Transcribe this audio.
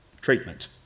treatment